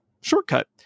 shortcut